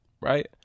right